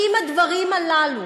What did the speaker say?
אם הדברים הללו